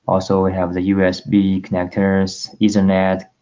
also i have the usb connectors ethernet